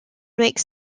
makes